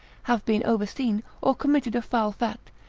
have been overseen, or committed a foul fact,